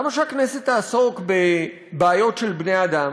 למה שהכנסת תעסוק בבעיות של בני אדם?